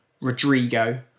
Rodrigo